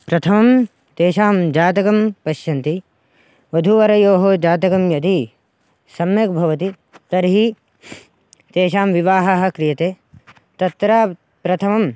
प्रथमं तेषां जातकं पश्यन्ति वधुवरयोः जातकं यदि सम्यक् भवति तर्हि तेषां विवाहः क्रियते तत्र प्रथमम्